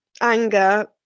anger